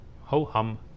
ho-hum